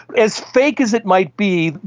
as fake as it might be,